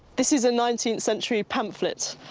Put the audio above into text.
this is a nineteenth century pamphlet,